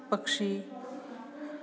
पक्षी